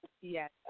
Yes